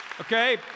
Okay